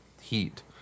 heat